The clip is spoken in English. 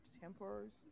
tempers